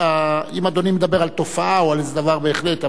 אם אדוני מדבר על תופעה אז זה דבר בהחלט,